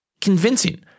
convincing